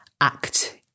act